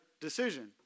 decision